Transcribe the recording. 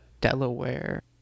Delaware